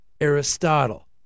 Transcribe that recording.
Aristotle